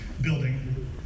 building